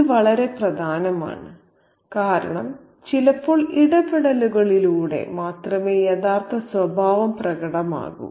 ഇത് വളരെ പ്രധാനമാണ് കാരണം ചിലപ്പോൾ ഇടപെടലുകളിലൂടെ മാത്രമേ യഥാർത്ഥ സ്വഭാവം പ്രകടമാകൂ